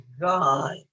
God